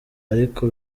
ariko